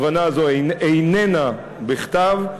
הבנה זו איננה בכתב,